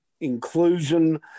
inclusion